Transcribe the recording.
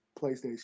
PlayStation